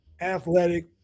athletic